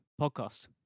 podcast